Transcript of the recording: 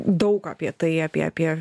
daug apie tai apie apie